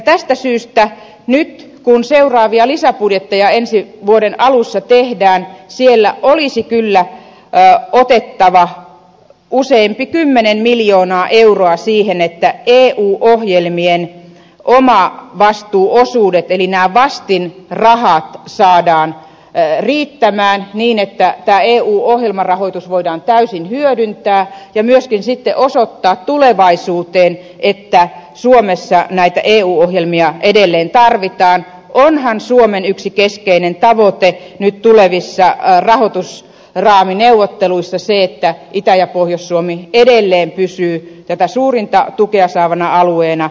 tästä syystä nyt kun seuraavia lisäbudjetteja ensi vuoden alussa tehdään siellä olisi kyllä otettava useampi kymmenen miljoonaa euroa siihen että eu ohjelmien omavastuuosuudet eli nämä vastinrahat saadaan riittämään niin että eu ohjelmarahoitus voidaan täysin hyödyntää ja myöskin sitten osoittaa tulevaisuuteen että suomessa näitä eu ohjelmia edelleen tarvitaan onhan suomen yksi keskeinen tavoite nyt tulevissa rahoitusraamineuvotteluissa se että itä ja pohjois suomi edelleen pysyvät tätä suurinta tukea saavina alueina